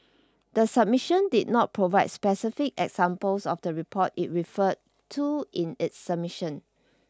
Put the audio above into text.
the submission did not provide specific examples of the report it referred to in its submission